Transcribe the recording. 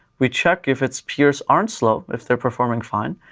we check if its peers aren't slow, if they're performing fine,